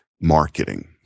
marketing